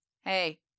hey